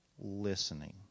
listening